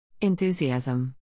Enthusiasm